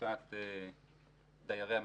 בתמותת דיירי המוסדות,